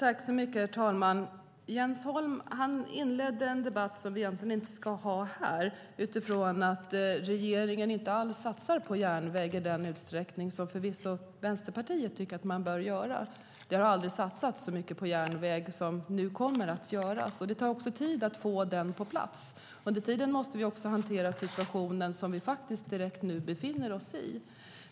Herr talman! Jens Holm inledde en debatt som vi egentligen ska ha här och hävdade att regeringen inte alls satsar på järnväg i den utsträckning som Vänsterpartiet tycker att man bör göra. Det har aldrig satsats så mycket på järnväg som man nu kommer att göra, och det tar också tid att få den på plats. Under tiden måste vi hantera den situation som vi nu befinner oss i.